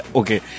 okay